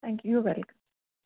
thank you welcome